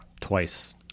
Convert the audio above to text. twice